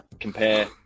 compare